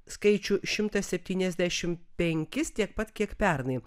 skaičių šimtas septyniasdešimt penkis tiek pat kiek pernai